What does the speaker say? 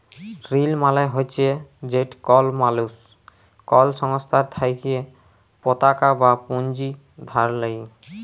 ঋল মালে হছে যেট কল মালুস কল সংস্থার থ্যাইকে পতাকা বা পুঁজি ধার লেই